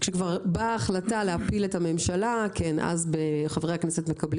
כשכבר באה ההחלטה להפיל את הממשלה אז חברי הכנסת מקבלים